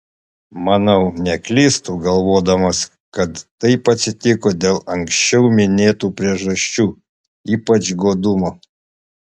manau neklystu galvodamas kad taip atsitiko dėl anksčiau minėtų priežasčių ypač godumo